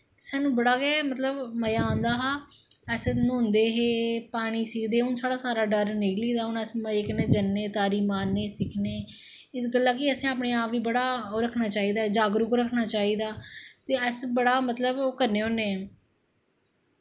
सानूं बड़ा गै मतलब मजा आंदा हा अस न्होंदे हे पानी सिक्खदे हे हून साढ़ा सारा डर निकली दा हून अस मजे कन्नै जन्ने तारी सिक्खने इस गल्ला कि असैं अपने आप गी बड़ा ओह् रक्खना चाहिदा जागरुक रक्खना चाहिदा ते अस बड़ा मतलब ओह् करने होन्ने